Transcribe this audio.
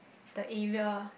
the area